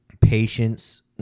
patience